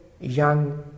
young